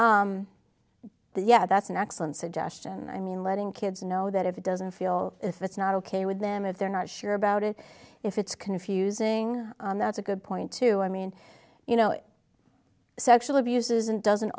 yeah that's an excellent suggestion i mean letting kids know that if it doesn't feel if it's not ok with them if they're not sure about it if it's confusing that's a good point to i mean you know sexual abuse isn't doesn't